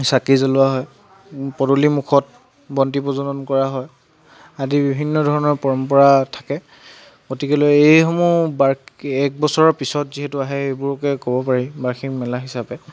চাকি জ্বলোৱা হয় পদূলিমুখত বন্তি প্ৰজ্বলন কৰা হয় আদি বিভিন্ন ধৰণৰ পৰম্পৰা থাকে গতিকে লৈ এইসমূহ বাৰ্ এক বছৰ পিছত যিহেতু আহে এইবোৰকে ক'ব পাৰি বাৰ্ষিক মেলা হিচাপে